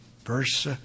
verse